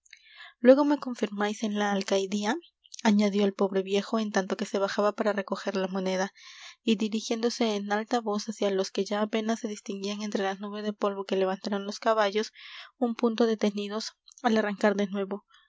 luego me confirmáis en la alcaidía añadió el pobre viejo en tanto que se bajaba para recoger la moneda y dirigiéndose en alta voz hacia los que ya apenas se distinguían entre la nube de polvo que levantaron los caballos un punto detenidos al arrancar de nuevo